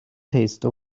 taste